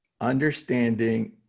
understanding